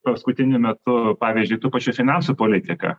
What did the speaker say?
paskutiniu metu pavyzdžiui tų pačių finansų politika